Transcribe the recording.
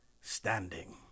standing